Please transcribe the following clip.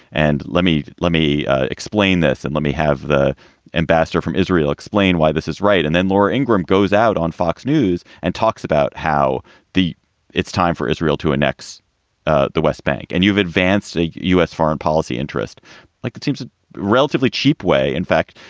and let me let me explain this and let me have the ambassador from israel explain why this is right. and then laura ingram goes out on fox news and talks about how the it's time for israel to annex ah the west bank. and you've advanced the u s. foreign policy interest like it seems a relatively cheap way, in fact,